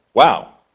wow!